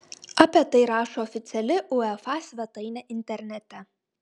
apie tai rašo oficiali uefa svetainė internete